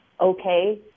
okay